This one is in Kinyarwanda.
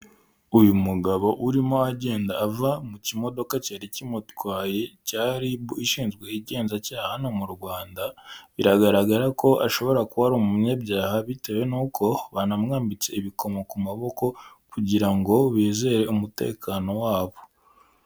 Uyu mugabo urimo agenda ava mu kimodoka cyari kimutwaye cya RIB, ishinzwe ubugenza cyaha hano no mu Rwanda, biragaragara ko ashobora kuba ari umunyabyaha, bitewe n'uko bana mwambitse ibikomo ku maboko kugira ngo bizere umutekano wabo.